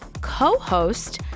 co-host